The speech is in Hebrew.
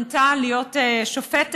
מונתה להיות שופטת,